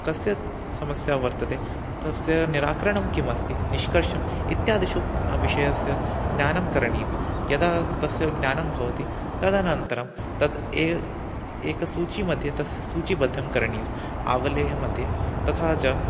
कस्य समस्या वर्तते तस्य निराकरणं किमस्ति निष्कर्षम् इत्यादिषु विषयस्य ज्ञानं करणीयं यदा तस्य ज्ञानं भवति तदनन्तरं तद् ए एकसूचीमध्ये तस्य सूचीबद्धं करणीयम् आवलेः मध्ये तथा च